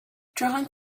drawing